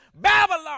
Babylon